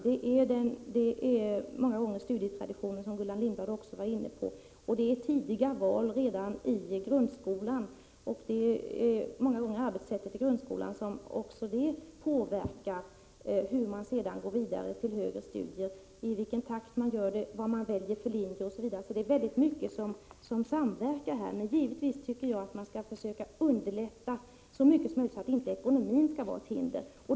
Det är många gånger studietraditioner, som Gullan Lindblad också var inne på. Det är tidiga val redan i grundskolan, och det är många gånger också arbetssättet i grundskolan som påverkar hur man sedan går vidare till högre studier, i vilken takt man gör det, vilken linje man väljer, osv. Det är mycket som samverkar. Men givetvis tycker jag att man skall försöka underlätta så mycket som möjligt så att inte ekonomin skall vara ett hinder.